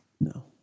No